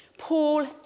Paul